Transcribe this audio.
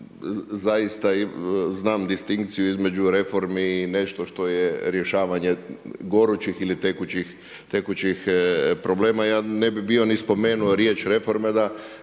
zaista znam distinkciju između reforme i nešto što je rješavanje gorućih ili tekućih problema. Ja ne bi bio ni spomenuo riječ reforma da